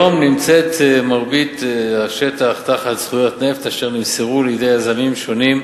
כיום נמצאת מרבית השטח תחת זכויות נפט אשר נמסרו לידי יזמים שונים,